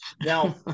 now